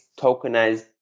tokenized